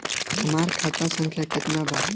हमार खाता संख्या केतना बा?